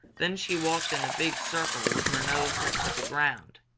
then she walked in a big circle with her nose to the ground,